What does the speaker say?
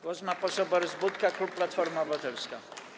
Głos ma poseł Borys Budka, klub Platforma Obywatelska.